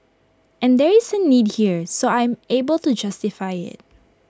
and there is A need here so I'm able to justify IT